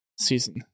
season